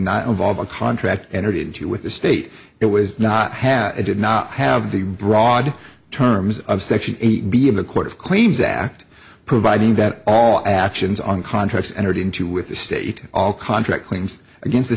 not involve a contract entered into with the state it was not have it did not have the broad terms of section eight b of the court of claims act providing that all actions on contracts entered into with the state all contract claims against the